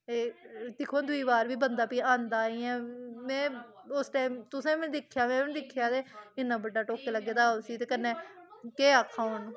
ते दिक्खो हां दूई बार बी बंदा फ्ही आंदा इ'यां में उस टैम तुसें बी नी दिक्खेआ में बी नी दिक्खेआ ते इन्ना बड्डा टुक्क लग्गे दा हा उसी ते कन्नै केह् आक्खां हून